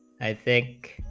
i think